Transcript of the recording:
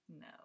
no